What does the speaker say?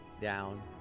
down